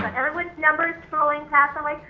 everyone's numbers scrolling past, i'm like,